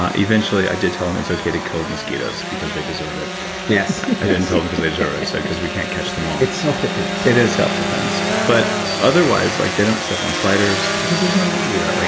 eventually, i did tell them it's okay to kill mosquitoes because they deserve it yes i didn't tell them because they deserve it. i said, because we can't catch them all. it's self-defense it is self-defense. but otherwise, like they don't step on spiders because there's no need to do that. like